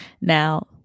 Now